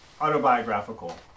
autobiographical